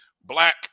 Black